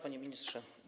Panie Ministrze!